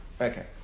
Okay